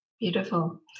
beautiful